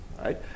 right